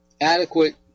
adequate